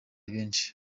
benshi